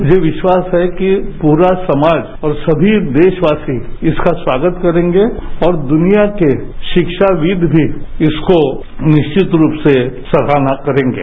मुझे विश्वास है कि पूरा समाज और सभी देशवासी इसका स्वागत करेंगे और दुनिया के शिक्षाविद् भी इसकी निरिचत रूप से सराहना करेंगे